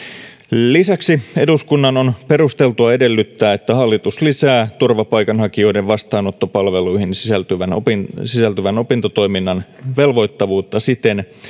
lisäksi eduskunnan on perusteltua edellyttää että hallitus lisää turvapaikanhakijoiden vastaanottopalveluihin sisältyvän opintotoiminnan velvoittavuutta siten